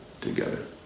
together